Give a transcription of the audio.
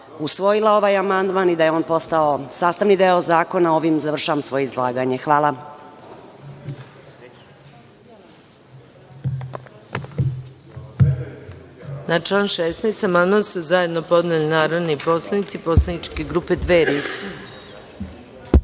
usvojila ovaj amandman i da je on postao sastavni deo zakona, ovim završavam svoje izlaganje. Hvala.